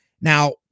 Now